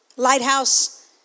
Lighthouse